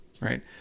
right